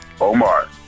Omar